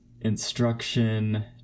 instruction